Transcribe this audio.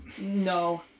No